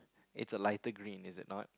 it's a lighter green is it not